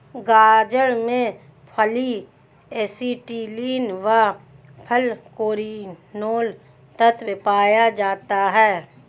गाजर में polyacetylene व फालकैरिनोल तत्व पाया जाता है